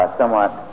somewhat